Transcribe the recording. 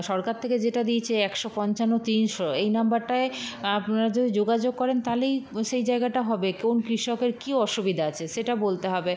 সরকার থেকে যেটা দিয়েছে একশো পঞ্চান্ন তিনশো এই নাম্বারটায় আপনারা যদি যোগাযোগ করেন তাহলেই সেই জায়গাটা হবে কোন কৃষকের কী অসুবিধা আছে সেটা বলতে হবে